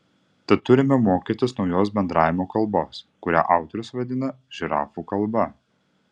tad turime mokytis naujos bendravimo kalbos kurią autorius vadina žirafų kalba